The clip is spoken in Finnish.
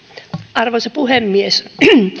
arvoisa puhemies